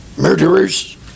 murderers